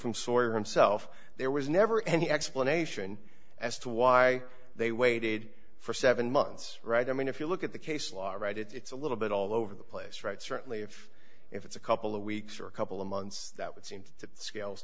from sort himself there was never any explanation as to why they waited for seven months right i mean if you look at the case law right it's a little bit all over the place right certainly if if it's a couple of weeks or a couple of months that would seem to scales